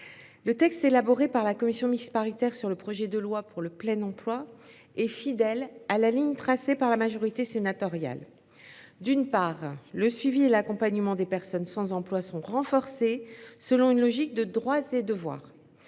le texte élaboré par la commission mixte paritaire sur le projet de loi pour le plein emploi est fidèle à la ligne tracée par la majorité sénatoriale. D’une part, le suivi et l’accompagnement des personnes sans emploi sont renforcés selon une logique de « droits et devoirs